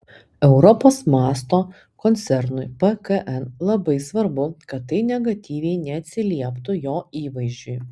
europos mąsto koncernui pkn labai svarbu kad tai negatyviai neatsilieptų jo įvaizdžiui